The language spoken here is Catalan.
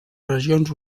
regions